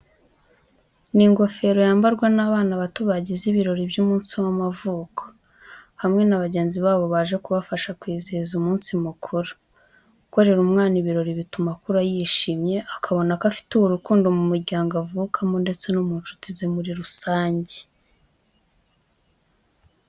Ni ingofero yambarwa n'abana bato bagize ibirori by'umunsi w'amavuko, hamwe na bagenzi babo baje kubafasha kwizihiza umunsi mukuru. Gukorera umwana ibirori bituma akura yishimye, akabona ko afitiwe urukundo mu muryango avukamo ndetse no mu nshuti ze muri rusange.